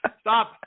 stop